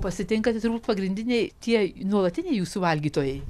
pasitinka tai turbūt pagrindiniai tie nuolatiniai jūsų valgytojai